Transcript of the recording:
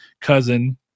cousin –